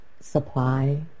supply